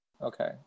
Okay